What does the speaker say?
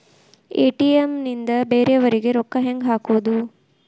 ATM ನಿಂದ ಬೇರೆಯವರಿಗೆ ರೊಕ್ಕ ಹೆಂಗ್ ಹಾಕೋದು?